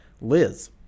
Liz